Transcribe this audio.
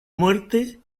muerte